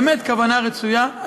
באמת כוונה רצויה.